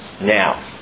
Now